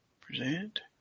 present